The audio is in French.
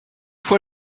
fois